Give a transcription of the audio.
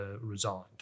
resigned